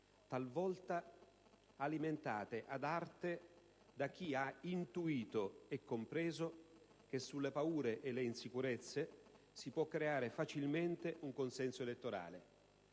talvolta alimentati ad arte da chi ha intuito e compreso che sulle paure e sulle insicurezze si può creare facilmente un consenso elettorale;